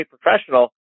professional